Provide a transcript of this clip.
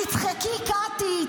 --- תצחקי, קטי.